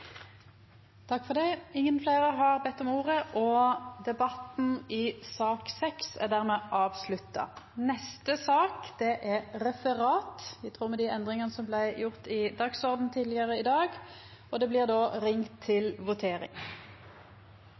Fleire har ikkje bedt om ordet til sak nr. 6. Den neste saka er referat, i tråd med dei endringane som blei gjorde i dagsordenen tidligare i dag.